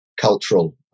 cultural